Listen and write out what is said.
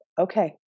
okay